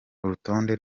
urutonde